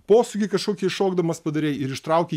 posūkį kažkokį šokdamas padarei ir ištraukei